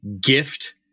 gift